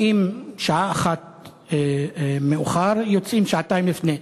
באים שעה אחת מאוחר יותר ויוצאים שעתיים לפני.